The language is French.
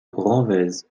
renwez